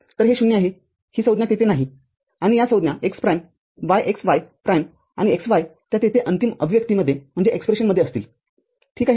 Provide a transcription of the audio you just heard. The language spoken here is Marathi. तर हे ०आहे ही संज्ञा तेथे नाहीआणि या संज्ञा x prime y x y प्राईमआणि x y त्या तेथे अंतिम अभिव्यक्तीमध्येअसतील ठीक आहे